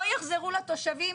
לא יחזרו לתושבים,